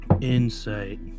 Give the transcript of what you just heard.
Insight